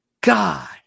God